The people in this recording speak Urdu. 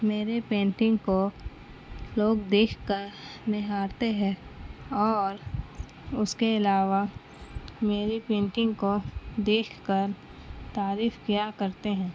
میرے پینٹنگ کو لوگ دیکھ کر نہارتے ہے اور اس کے علاوہ میری پینٹنگ کو دیکھ کر تعریف کیا کرتے ہیں